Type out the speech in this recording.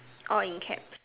all in caps